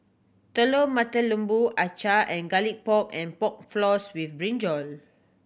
Telur Mata Lembu acar and Garlic Pork and Pork Floss with brinjal